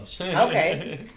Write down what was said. Okay